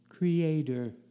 Creator